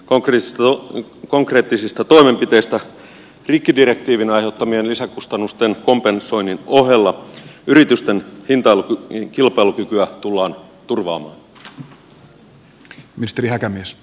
millaisin suunnitelmin konkreettisista toimenpiteistä rikkidirektiivin aiheuttamien lisäkustannusten kompensoinnin ohella yritysten kilpailukykyä tullaan turvaamaan